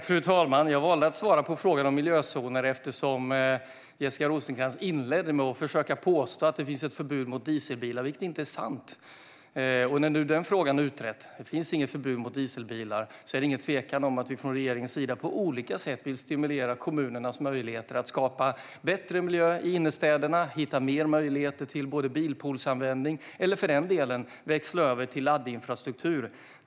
Fru talman! Jag valde att svara på frågan om miljözoner eftersom Jessica Rosencrantz inledde med att försöka påstå att det finns ett förbud mot dieselbilar, vilket inte är sant. När nu den frågan är utredd - det finns inget förbud mot dieselbilar - kan jag säga att det inte är någon tvekan om att vi från regeringens sida på olika sätt vill stimulera kommunernas möjligheter att skapa bättre miljö i innerstäderna, att hitta fler möjligheter till bilpoolsanvändning och till att växla över till laddinfrastruktur.